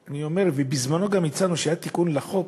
בזמנו גם הצענו, כשהיה תיקון לחוק,